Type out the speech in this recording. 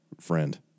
Friend